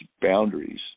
boundaries